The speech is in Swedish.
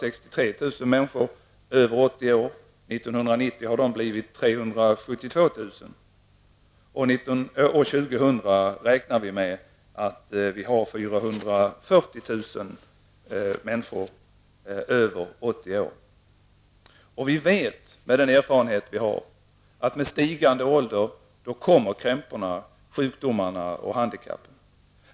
1980 hade vi 263 000 År 2000 räknar vi med att ha 440 000 människor över 80 år. Med den erfarenhet vi har vet vi att med stigande ålder kommer krämporna, sjukdomarna och handikappen.